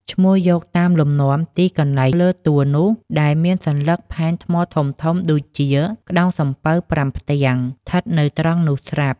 ឈ្នោះយកតាមលំនាំ ទីកន្លែងលើទួលនោះ ដែលមានសន្លឹកផែនថ្មធំៗដូចជា ក្តោងសំពៅប្រាំផ្ទាំង ឋិតនៅត្រង់នោះស្រាប់ ។